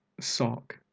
Sock